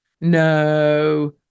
no